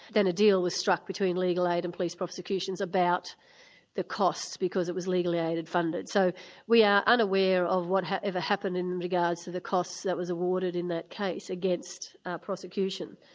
then a deal was struck between legal aid and police prosecutions about the costs, because it was legal yeah aid and funded. so we are unaware of what ever happened in regards to the costs that were awarded in that case against prosecution.